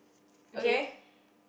okay